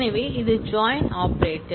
எனவே இது join operator